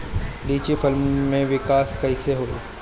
लीची फल में विकास कइसे होई?